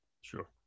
sure